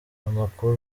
namakula